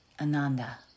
ananda